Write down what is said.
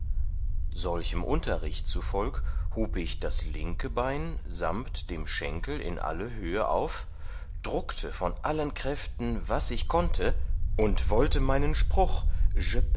solchem unterricht zufolg hub ich das linke bein samt dem schenkel in alle höhe auf druckte von allen kräften was ich konnte und wollte meinen spruch